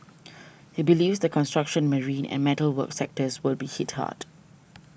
he believes the construction marine and metal work sectors will be hit hard